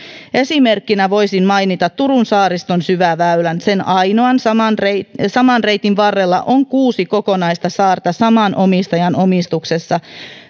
esimerkkinä voisin mainita turun saariston syväväylän sen ainoan saman reitin varrella on kuusi kokonaista saarta saman omistajan omistuksessa